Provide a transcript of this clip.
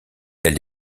elle